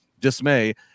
dismay